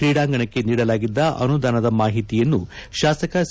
ಕ್ರೀಡಾಂಗಣಕ್ಕೆ ನೀಡಲಾಗಿದ್ದ ಅನುದಾನದ ಮಾಹಿತಿಯನ್ನು ಶಾಸಕ ಸಿ